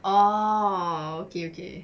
oh okay okay